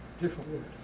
Different